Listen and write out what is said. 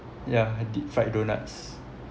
ya deep fried doughnuts